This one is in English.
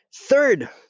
Third